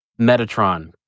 Metatron